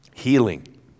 healing